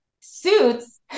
suits